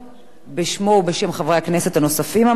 בשמו ובשם חברי הכנסת הנוספים המציעים.